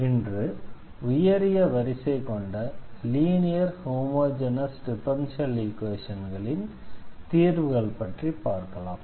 இன்று உயரிய வரிசை கொண்ட லீனியர் ஹோமொஜெனஸ் டிஃபரன்ஷியல் ஈக்வேஷன்களின் தீர்வுகள் பற்றி பார்க்கலாம்